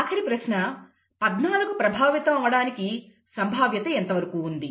ఆఖరి ప్రశ్న 14 ప్రభావితం అవ్వడానికి సంభావ్యత ఎంతవరకు ఉంది